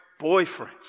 boyfriends